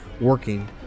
working